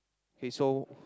okay so